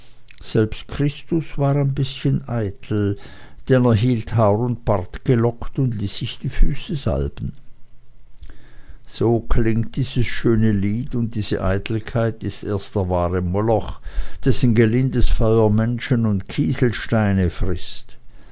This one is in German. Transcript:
selbst christus war ein bißchen eitel denn er hielt haar und bart gelockt und ließ sich die füße salben so klingt dieses schöne lied und diese eitelkeit ist erst der wahre moloch dessen gelindes feuer menschen und kieselsteine frißt